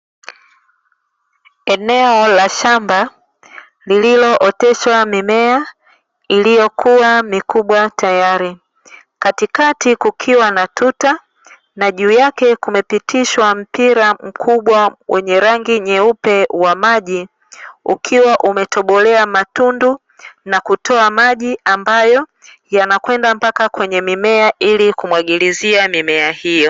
Eneo la shamba lililooteshwa mimea iliokua mikubwa tayari, katikati kukiwa na tuta, na juu yake kumepitishwa mpira mkubwa wenye rangi nyeupe wa maji ukiwa umetobolewa matundu na kutoa maji ambayo yanakwenda mpaka kwenye mimea ili kumwagilizia mimea hio.